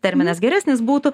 terminas geresnis būtų